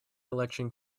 election